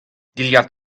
dilhad